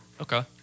Okay